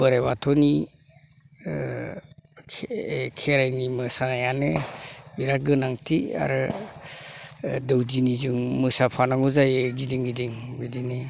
बोराइ बाथौनि खेराइनि मोसानायानो बिराथ गोनांथि आरो दौदिनिजों मोसाफानांगौ जायो गिदिं गिदिं बिदिनो